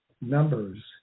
numbers